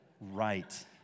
Right